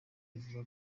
ivuga